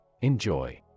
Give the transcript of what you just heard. Enjoy